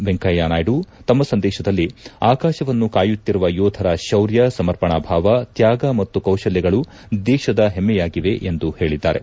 ವೆಂಕಯ್ಕನಾಯ್ಡು ತಮ್ಮ ಸಂದೇಶದಲ್ಲಿ ಆಕಾಶವನ್ನು ಕಾಯುತ್ತಿರುವ ಯೋಧರ ಶೌರ್ಯ ಸಮರ್ಪಣಾ ಭಾವ ಮತ್ತು ತ್ಯಾಗ ಮತ್ತು ಕೌಶಲ್ಯಗಳು ದೇಶದ ಹೆಮ್ಮೆಯಾಗಿವೆ ಎಂದು ಹೇಳಿದ್ದಾರೆ